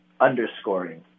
underscoring